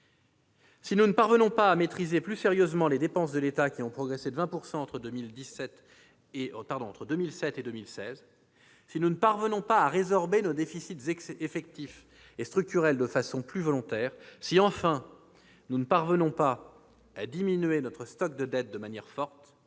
Si nous ne parvenons pas à maîtriser plus sérieusement les dépenses de l'État, qui ont progressé de 20 % entre 2007 et 2016 ; si nous ne parvenons pas à résorber nos déficits effectifs et structurels de façon plus volontaire ; et si, enfin et en conséquence, nous ne parvenons pas à diminuer le stock de notre dette de manière forte,